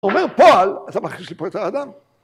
אומר פועל, אתה מכניס לי פה את האדם.